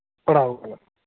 ᱠᱚᱨᱟᱣᱟ